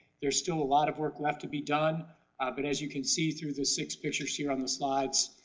there's still a lot of work left to be done but, as you can see through the six pictures here on the slides,